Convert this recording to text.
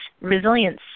resilience